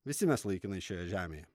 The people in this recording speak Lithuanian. visi mes laikinai šioje žemėje